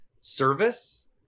service